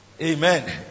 Amen